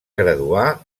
graduar